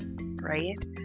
right